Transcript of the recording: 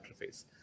interface